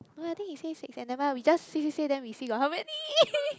no I think he say six eh never mind we just say say say then we see got how many